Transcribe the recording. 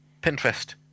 Pinterest